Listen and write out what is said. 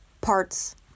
parts